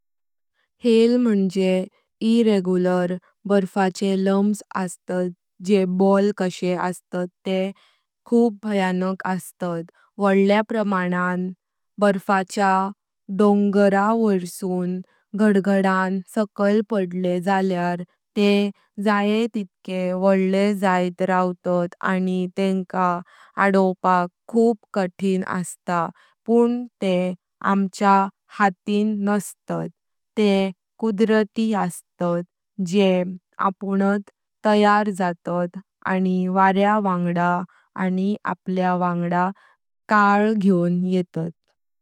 हायल मुञे इरेग्यूलर बर्फाचे लम्प्स अस्तात जे बॉल कसे अस्तात ते खूप भयानक अस्तात। वोडल्या प्रमाणान बर्फाच्या डोंगरां वोईर्सून घडघडान साकाइल पडेल झाल्यार ते जाए तितके वोडले जायत रावतात। आनी तेंका अडोवपाक खूप कठीन अस्त। पुण तें अमच्या हातीन नस्तात ते कुदरती अस्तात जे अपूनात तयार जातात वाऱ्या वांगड़ आनी अपल्या वांगड़ काळ ग्यूवून येतात।